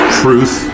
truth